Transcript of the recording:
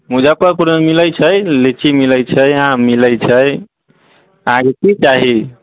मुजफ्फरपुरमे मिलैत छै लीची मिलैत छै आम मिलैत छै अहाँकेँ की चाही